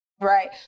Right